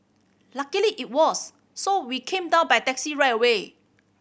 luckily it was so we came down by taxi right away